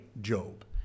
Job